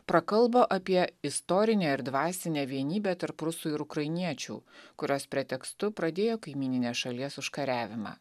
prakalbo apie istorinę ir dvasinę vienybę tarp rusų ir ukrainiečių kurios pretekstu pradėjo kaimyninės šalies užkariavimą